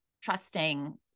trusting